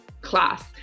class